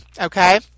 Okay